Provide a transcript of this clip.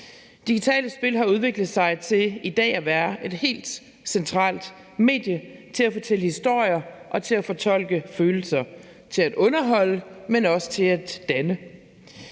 Digitale spil har udviklet sig til i dag at være et helt centralt medie til at fortælle historier og til at fortolke følelser, til at underholde, men også til at danne.